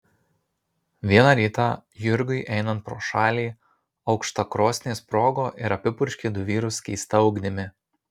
vieną rytą jurgiui einant pro šalį aukštakrosnė sprogo ir apipurškė du vyrus skysta ugnimi